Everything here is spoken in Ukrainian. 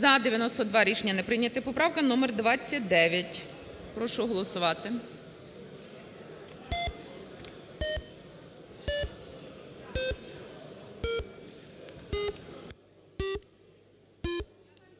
За-92 Рішення не прийняте. Поправка номер 29. Прошу голосувати.